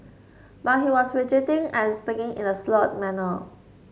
but he was fidgeting and speaking in a slurred manner